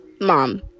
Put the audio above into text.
mom